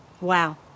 Wow